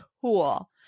cool